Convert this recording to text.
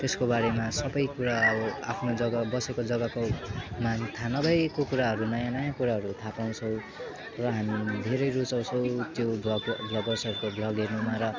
त्यसको बारेमा सबै कुरा अब आफ्नो जग्गा बसेको जग्गाकोमा थाहा नभएको कुराहरू नयाँ नयाँ कुराहरू थाहा पाउँछौँ र हामी धेरै रुचाउँछौँ त्यो भ्लग भ्लगर्सहरूको भ्लग हेर्नुमा र